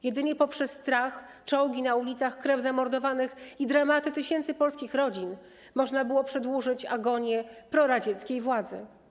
Jedynie poprzez strach, czołgi na ulicach, krew zamordowanych i dramaty tysięcy polskich rodzin można było przedłużyć agonię proradzieckiej władzy.